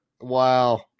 Wow